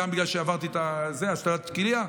גם בגלל שעברתי את השתלת הכליה,